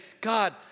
God